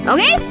Okay